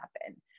happen